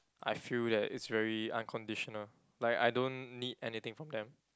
I feel that it's very unconditional like I don't need anything from them